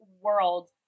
World